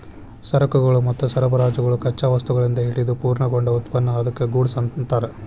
ಸರಕುಗಳು ಮತ್ತು ಸರಬರಾಜುಗಳು ಕಚ್ಚಾ ವಸ್ತುಗಳಿಂದ ಹಿಡಿದು ಪೂರ್ಣಗೊಂಡ ಉತ್ಪನ್ನ ಅದ್ಕ್ಕ ಗೂಡ್ಸ್ ಅನ್ತಾರ